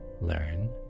learn